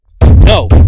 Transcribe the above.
No